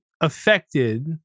affected